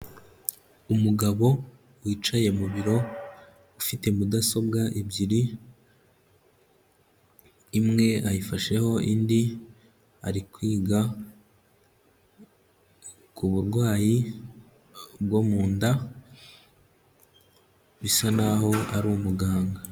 Umugabo wicaye mu biro ufite mudasobwa ebyiri, imwe ayifasheho, indi ari kwiga ku burwayi bwo mu nda, bisa n'aho ari umuganga.